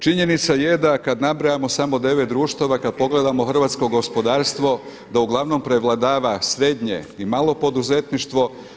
Činjenica je da kad nabrajamo samo 9 društava, kad pogledamo hrvatsko gospodarstvo, da uglavnom prevladava srednje i malo poduzetništvo.